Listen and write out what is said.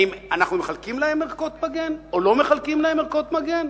האם אנחנו מחלקים להם ערכות מגן או לא מחלקים להם ערכות מגן?